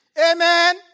Amen